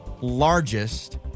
largest